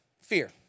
fear